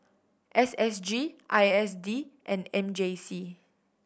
S S G I S D and M J C